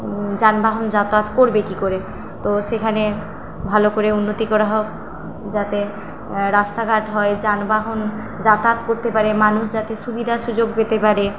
যানবাহন যাতায়াত করবে কি করে তো সেখানে ভালো করে উন্নতি করা হোক যাতে রাস্তাঘাট হয় যানবাহন যাতায়াত করতে পারে মানুষ যাতে সুবিধা সুযোগ পেতে পারে